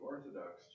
Orthodox